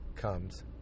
comes